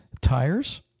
tires